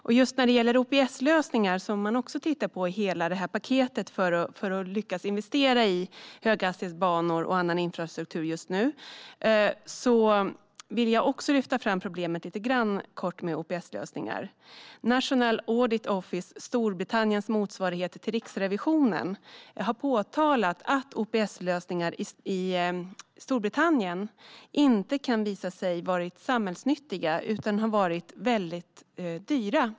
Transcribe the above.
I hela detta paket har man även tittat på OPS-lösningar för att lyckas investera i höghastighetsbanor och annan infrastruktur just nu. Därför vill jag kort lyfta fram problemet med just OPS-lösningar. National Audit Office, Storbritanniens motsvarighet till Riksrevisionen, har påtalat att OPS-lösningar inte har visat sig samhällsnyttiga i Storbritannien utan har varit väldigt dyra.